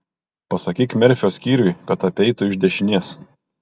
pasakyk merfio skyriui kad apeitų iš dešinės